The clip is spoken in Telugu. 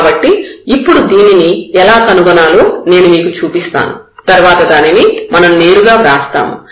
కాబట్టి ఇప్పుడు దీనిని ఎలా కనుగొనాలో నేను మీకు చూపిస్తాను తర్వాత దానిని మనం నేరుగా వ్రాస్తాము